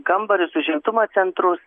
kambarius užimtumo centrus